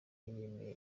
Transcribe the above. yemeye